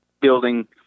building